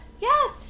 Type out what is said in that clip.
Yes